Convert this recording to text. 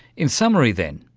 in summary then,